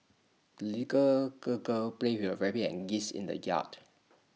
the girl girl played with her rabbit and geese in the yard